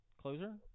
closer